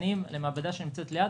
משנעים למעבדה שנמצאת ליד,